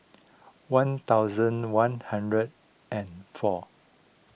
one thousand one hundred and four